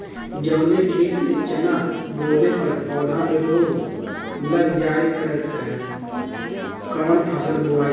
जवने खेत में चना बोअले पर पौधा में रोग लग जाईल करत ह त कवन फसल बोआई?